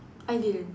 I didn't